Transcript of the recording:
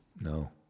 No